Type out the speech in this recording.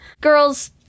girls